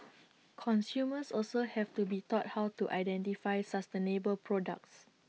consumers also have to be taught how to identify sustainable products